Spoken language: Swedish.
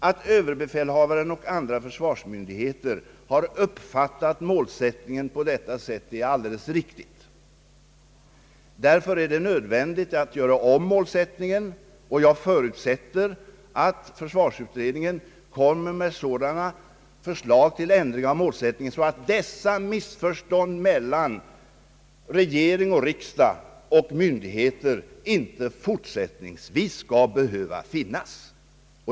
Att överbefälhavaren och andra försvarsmyndigheter har uppfattat målsättningen på detta sätt är alldeles riktigt. Det är därför nödvändigt att ändra målsättningen, och jag förutsätter att försvarsutredningen framlägger sådana förslag till ändring av målsättningen att dessa missförstånd mellan regering och riksdag och myndigheter inte i fortsättningen skall behöva förekomma.